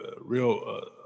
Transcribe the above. real